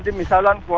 michelle and